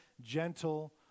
gentle